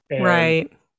Right